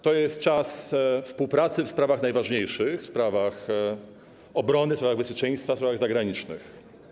To jest czas współpracy w sprawach najważniejszych: w sprawach obrony, w sprawach bezpieczeństwa, w sprawach zagranicznych.